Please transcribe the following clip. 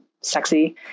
sexy